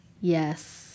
Yes